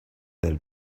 del